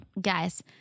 Guys